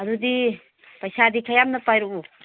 ꯑꯗꯨꯗꯤ ꯄꯩꯁꯥꯗꯤ ꯈꯔ ꯌꯥꯝꯅ ꯄꯥꯏꯔꯛꯎ